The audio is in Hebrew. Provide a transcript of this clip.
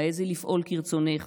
העזי לפעול כרצונך,